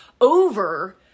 over